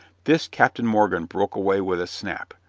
this captain morgan broke away with a snap,